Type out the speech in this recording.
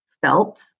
felt